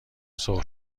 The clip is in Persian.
سرخ